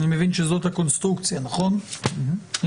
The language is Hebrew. אני